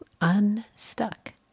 unstuck